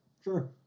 Sure